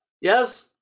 yes